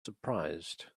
surprised